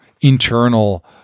internal